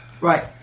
right